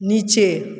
नीचे